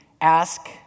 ask